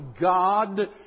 God